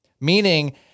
meaning